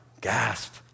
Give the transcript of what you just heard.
gasp